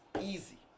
easy